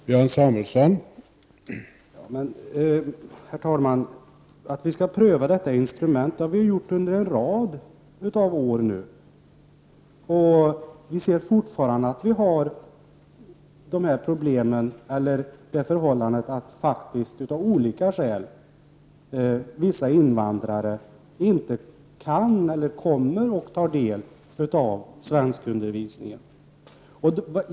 Herr talman! Marianne Andersson i Vårgårda säger att vi skall pröva detta instrument. Det har vi gjort under en rad av år, och vi ser fortfarande de här problemen. Av olika skäl deltar inte vissa invandrare i svenskundervisningen.